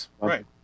Right